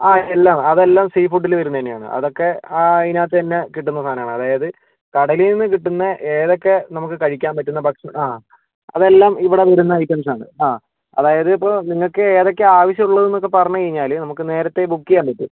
ആ എല്ലാം അതെല്ലാം സീ ഫുഡില് വരുന്നതു തന്നെയാണ് അതൊക്കെ ആ അതിനകത്തു തന്നെ കിട്ടുന്ന സാധനങ്ങളാണ് അതായത് കടലിൽ നിന്ന് കിട്ടുന്ന ഏതൊക്കെ നമുക്ക് കഴിക്കാൻ പറ്റുന്ന ഭക്ഷണം ആ അതെല്ലാം ഇവിടെ വരുന്ന ഐറ്റംസാണ് ആ അതായത് ഇപ്പോൾ നിങ്ങൾക്ക് ഏതൊക്കെയാണ് ആവശ്യമുള്ളതുന്നൊക്കെ പറഞ്ഞു കഴിഞ്ഞാല് നമുക്ക് നേരത്തെ ബുക്ക് ചെയ്യാൻ പറ്റും